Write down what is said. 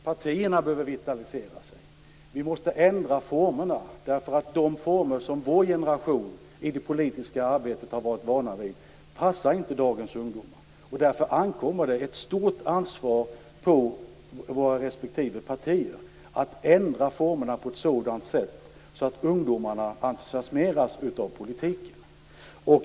Partierna behöver vitaliseras. Vi måste ändra formerna. De former som vår generation har varit vana vid i det politiska arbetet passar inte dagens ungdomar. Därför ligger det ett stort ansvar hos våra respektive partier att ändra formerna på ett sådant sätt att ungdomarna entusiasmeras av politiken.